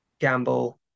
gamble